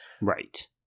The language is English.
Right